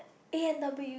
A and W